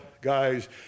guys